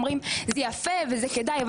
ואומרים זה יפה וזה כדאי,